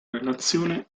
relazione